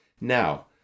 Now